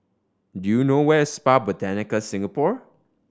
do you know where Spa Botanica Singapore